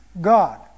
God